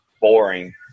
boring